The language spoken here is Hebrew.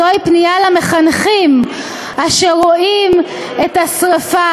זוהי פנייה למחנכים אשר רואים את השרפה.